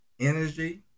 energy